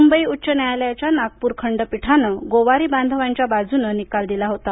मुबई उच्च न्यायालयाच्या नागपूर खंडपीठानं गोवारी बांधवांच्या बाजूने निकाल दिला होता